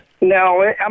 No